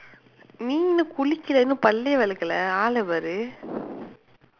நீ இன்னும் குளிக்கலே இன்னும் பல்லே விலக்கல ஆள பாரு:nii innum kulikkalee innum pallee vilakkala aala paaru